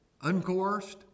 Uncoerced